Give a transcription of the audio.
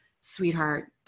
Sweetheart